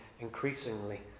increasingly